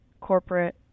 corporate